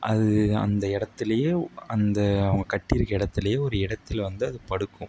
அது அந்த இடத்துலயோ அந்த அவங்க கட்டியிருக்க இடத்துலயோ ஒரு இடத்துல வந்து அது படுக்கும்